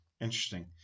Interesting